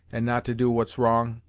and not to do what's wrong.